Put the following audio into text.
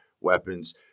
weapons